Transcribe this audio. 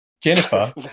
Jennifer